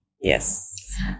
Yes